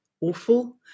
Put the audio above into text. awful